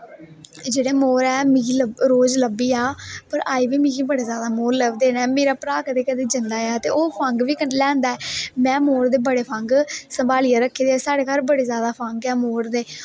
जेहडे़ मोर ऐ मिगी रोज लब्भी जा पर अजे बी बडे़ ज्यादा मोर लभदे ऐ मेरा भ्रा कदें कदें जंदा ऐ ते ओह् फंघ बी कन्नै़ लेई आंदा ऐ में मोर दे बडे फंघ संभालियै रक्खे दे साढ़े घर बडे़ ज्यादा फंघ ऐ मोर दे